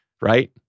right